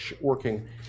working